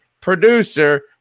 producer